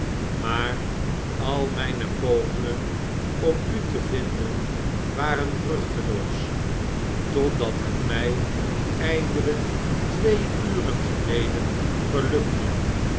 maar al mijne pogingen om u te vinden waren vruchteloos totdat het mij eindelijk twee uren geleden gelukte